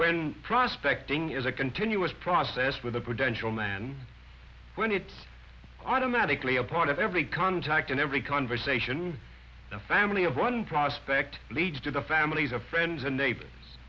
when prospecting is a continuous process with a potential man when it's automatically a part of every contact and every conversation a family of one prospect leads to the families of friends and neighbors